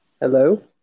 Hello